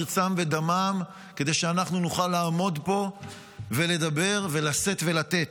מרצם ודמם כדי שאנחנו נוכל לעמוד פה ולדבר ולשאת ולתת.